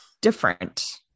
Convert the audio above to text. different